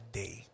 day